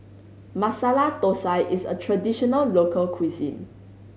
Masala Thosai is a traditional local cuisine